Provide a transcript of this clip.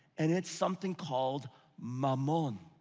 and it's something called mammon.